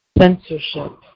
censorship